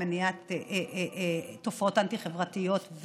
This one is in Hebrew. למניעת תופעות אנטי-חברתיות.